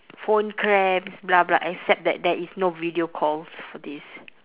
phone cramps blah blah except that there is no video calls for this